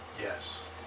Yes